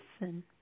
listen